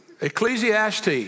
Ecclesiastes